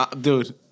Dude